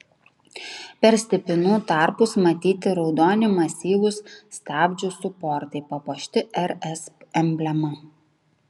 per stipinų tarpus matyti raudoni masyvūs stabdžių suportai papuošti rs emblema